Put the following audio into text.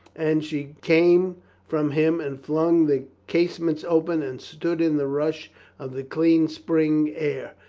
and she came from him and flung the casements open and stood in the rush of the clean spring air,